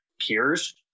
peers